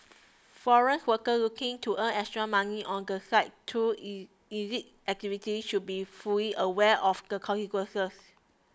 foreign workers looking to earn extra money on the side through illicit activities should be fully aware of the consequences